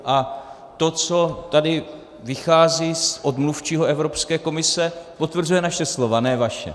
A to, co tady vychází od mluvčího Evropské komise, potvrzuje naše slova, ne vaše.